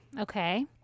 okay